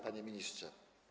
Panie Ministrze!